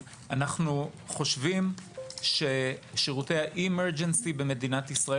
אנחנו חושבים ששירותי ה-Emergency בישראל